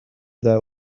that